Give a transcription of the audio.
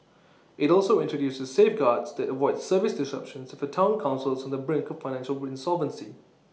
IT also introduces safeguards that avoid service disruptions if A Town Council is on the brink of financial insolvency